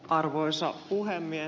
arvoisa puhemies